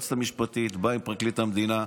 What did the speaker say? היועצת המשפטית באה עם פרקליט המדינה,